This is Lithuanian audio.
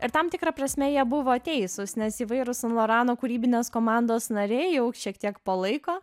ir tam tikra prasme jie buvo teisūs nes įvairūs san lorano kūrybinės komandos nariai jau šiek tiek po laiko